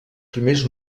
primers